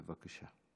בבקשה.